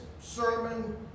sermon